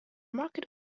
market